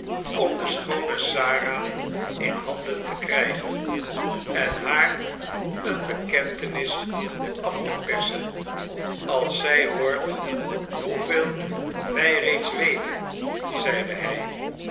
om de schoone sara in handen te krijgen en haar eene bekentenis af te persen als zij hoort hoeveel wij reeds weten zeide hij